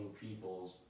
people's